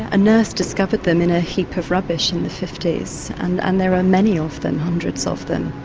a nurse discovered them in a heap of rubbish in the fifty s and there are many of them, hundreds of them.